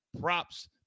props